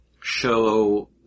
show